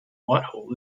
whitehall